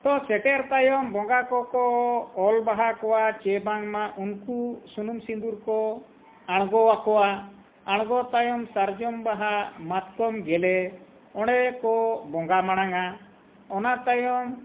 ᱛᱚ ᱥᱮᱴᱮᱨ ᱛᱟᱭᱚᱢ ᱵᱚᱸᱜᱟ ᱠᱚᱠᱚ ᱚᱞ ᱵᱟᱦᱟ ᱠᱚᱣᱟ ᱥᱮ ᱵᱟᱝᱢᱟ ᱩᱱᱠᱩ ᱥᱩᱱᱩᱢ ᱥᱤᱸᱫᱩᱨ ᱠᱚ ᱟᱬᱜᱚᱣᱟᱠᱚᱣᱟ ᱟᱬᱜᱚ ᱛᱟᱭᱚᱢ ᱥᱟᱨᱡᱚᱢ ᱵᱟᱦᱟ ᱢᱟᱛᱠᱚᱢ ᱜᱮᱞᱮ ᱚᱸᱰᱮ ᱠᱚ ᱵᱚᱸᱜᱟ ᱢᱟᱲᱟᱝᱟ ᱚᱱᱟ ᱛᱟᱭᱚᱢ